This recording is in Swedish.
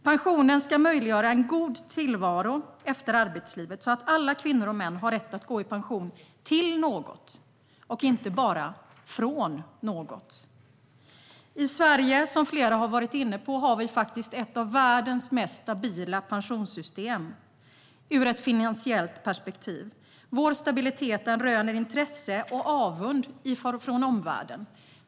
Pensionen ska möjliggöra en god tillvaro efter arbetslivet så att alla kvinnor och män har rätt att gå i pension till något och inte bara från något. I Sverige har vi, som flera har varit inne på, ett av världens mest stabila pensionssystem ur ett finansiellt perspektiv. Vår stabilitet röner intresse och avund från omvärlden.